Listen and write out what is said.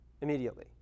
immediately